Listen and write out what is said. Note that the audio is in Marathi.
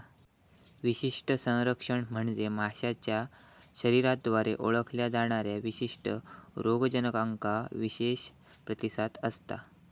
विशिष्ट संरक्षण म्हणजे माशाच्या शरीराद्वारे ओळखल्या जाणाऱ्या विशिष्ट रोगजनकांका विशेष प्रतिसाद असता